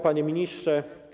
Panie Ministrze!